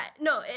no